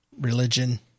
religion